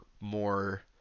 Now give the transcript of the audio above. more